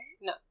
No